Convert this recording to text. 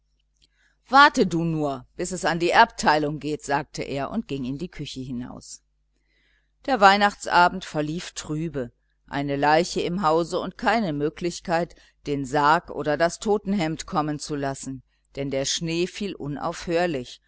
warte du nur bis es an die erbteilung geht sagte er und ging in die küche hinaus der weihnachtsabend verlief trübe eine leiche im hause und keine möglichkeit den sarg oder das totenhemd kommen zu lassen denn der schnee fiel unaufhörlich